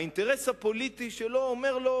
והאינטרס הפוליטי שלו אומר לו: